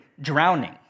drowning